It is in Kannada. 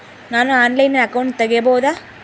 ನಾನು ಆನ್ಲೈನಲ್ಲಿ ಅಕೌಂಟ್ ತೆಗಿಬಹುದಾ?